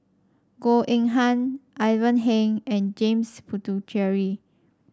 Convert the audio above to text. Goh Eng Han Ivan Heng and James Puthucheary